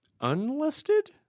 unlisted